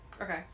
Okay